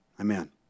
Amen